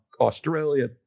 Australia